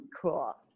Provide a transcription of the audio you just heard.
Cool